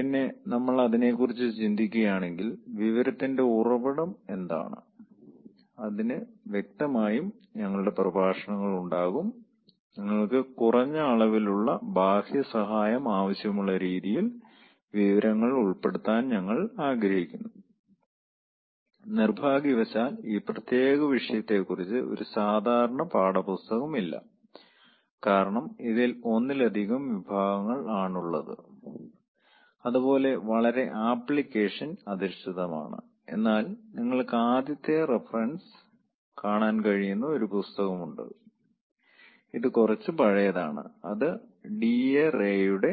പിന്നെ നമ്മൾ അതിനെക്കുറിച്ച് ചിന്തിക്കുകയാണെങ്കിൽ വിവരത്തിന്റെ ഉറവിടം എന്താണ് അതിന് വ്യക്തമായും ഞങ്ങളുടെ പ്രഭാഷണങ്ങൾ ഉണ്ടാകും നിങ്ങൾക്ക് കുറഞ്ഞ അളവിലുള്ള ബാഹ്യ സഹായം ആവശ്യമുള്ള രീതിയിൽ വിവരങ്ങൾ ഉൾപ്പെടുത്താൻ ഞങ്ങൾ ആഗ്രഹിക്കുന്നു നിർഭാഗ്യവശാൽ ഈ പ്രത്യേക വിഷയത്തെക്കുറിച്ച് ഒരു സാധാരണ പാഠപുസ്തകമില്ല കാരണം ഇതിൽ ഒന്നിലധികം വിഭാഗങ്ങൾ ആണ് ഉള്ളത് അതുപോലെ വളരെ ആപ്ലിക്കേഷൻ അധിഷ്ഠിതമാണ് എന്നാൽ നിങ്ങൾക്ക് ആദ്യത്തെ റഫറൻസ് കാണാൻ കഴിയുന്ന ഒരു പുസ്തകമുണ്ട് ഇത് കൊറച്ച് പഴയതാണ് അത് ഡി എ റെയുടെ